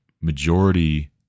majority